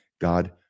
God